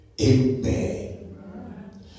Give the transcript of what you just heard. Amen